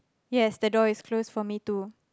yes the door is closed for me too